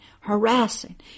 harassing